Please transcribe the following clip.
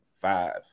five